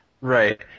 Right